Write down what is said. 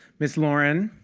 miss loren,